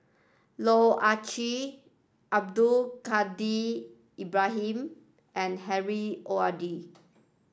Loh Ah Chee Abdul Kadir Ibrahim and Harry O R D